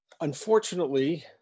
unfortunately